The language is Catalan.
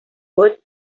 vot